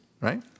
right